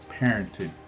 Parenting